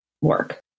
work